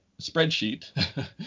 spreadsheet